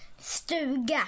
stuga